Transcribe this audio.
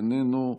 איננו,